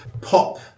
pop